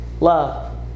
love